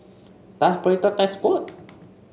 does Burrito taste good